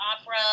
opera